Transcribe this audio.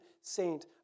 saint